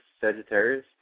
Sagittarius